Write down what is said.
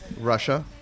Russia